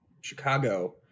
Chicago